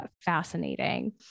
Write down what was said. fascinating